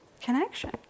connection